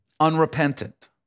unrepentant